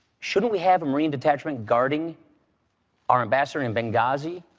shouldn't we have a marine detachment guarding our ambassador in benghazi,